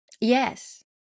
Yes